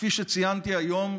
כפי שציינתי היום,